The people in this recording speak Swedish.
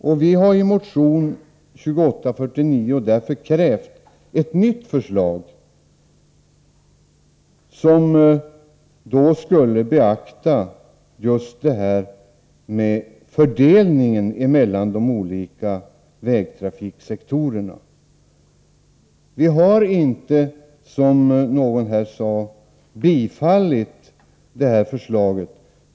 Vi har därför i motion 2849 krävt ett nytt förslag, som skulle beakta just fördelningen mellan de olika vägtrafiksektorerna. Vi har inte, som någon sade, tillstyrkt regeringsförslaget.